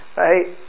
right